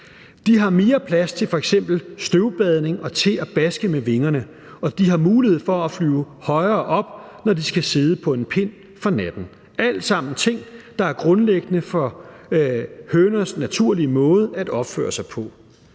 De har mere plads til f.eks. støvbadning og til at baske med vingerne, og de har mulighed for at flyve højere op, når de skal sidde på en pind for natten. Det er alt sammen ting, der er grundlæggende for høners naturlige måde at opføre sig på.